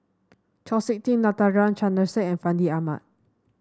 Chau SiK Ting Natarajan Chandrasekaran and Fandi Ahmad